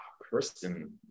Kristen